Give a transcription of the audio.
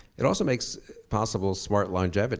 it also makes possible smart longevity